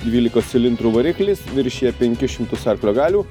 dvylikos cilindrų variklis viršija penkis šimtus arklio galių